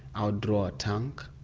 ah draw a tank,